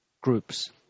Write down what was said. groups